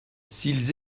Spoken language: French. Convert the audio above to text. s’ils